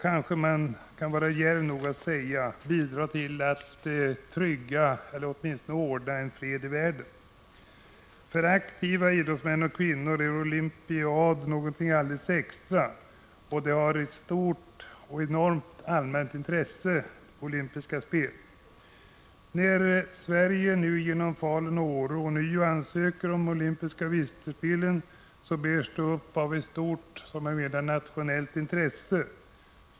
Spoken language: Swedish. Kanske kan man vara djärv nog att säga att de kommer att bidra till att trygga eller åtminstone åstadkomma fred i världen. För aktiva idrottsmän och idrottskvinnor är en olympiad någonting alldeles extra, och de olympiska spelen har ett enormt allmänt intresse. När Sverige nu genom Falun och Åre ånyo ansöker om de olympiska vinterspelen, bärs det hela upp av ett stort nationellt intresse.